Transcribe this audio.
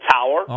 Tower